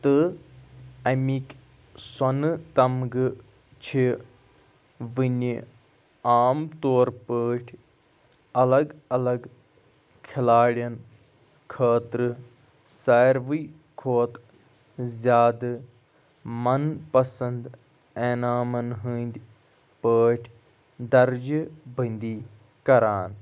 تہٕ أمِکۍ سۄنہٕ تمگہٕ چھِ وُنہِ عام طور پٲٹھۍ الگ الگ کھلاڑیٚن خٲطرٕ ساروٕے کھۄتہٕ زیادٕ مَن پَسَنٛد انعامَن ہنٛدۍ پٲٹھۍ درجہِ بنٛدی کران